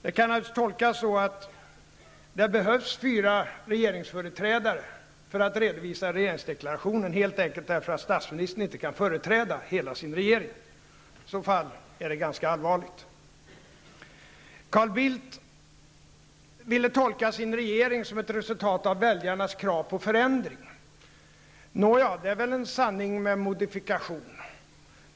Det kan naturligtvis tolkas som att det behövs fyra regeringsföreträdare för att redovisa regeringsdeklarationen -- helt enkelt därför att statsministern inte kan företräda hela sin regering. I så fall är det ganska allvarligt. Carl Bildt ville tolka sin regering som ett resultat av väljarnas krav på förändring. Nåja, det är väl en sanning med modifikation.